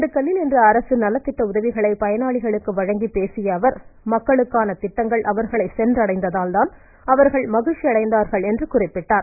திண்டுக்கல்லில் இன்று அரசு நலத்திட்ட உதவிகளை பயனாளிகளுக்கு வழங்கிப் பேசிய அவர் மக்களுக்கான திட்டங்கள் அவர்களை சென்றடைந்தால் தான் அவர்கள் மகிழ்ச்சியடைவார்கள் என்று குறிப்பிட்டார்